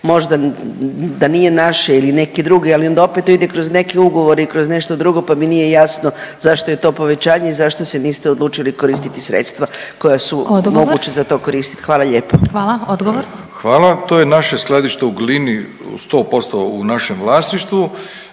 možda da nije naše ili neki drugi, ali onda opet to ide kroz neke ugovore i kroz nešto drugo, pa mi nije jasno zašto je to povećanje i zašto se niste odlučili koristiti sredstva koja su moguća za to koristiti? Hvala lijepo. **Glasovac, Sabina (SDP)** Hvala. Odgovor. **Milatić, Ivo** Hvala. To je naše skladište u Glini sto posto u našem vlasništvu.